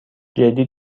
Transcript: جدی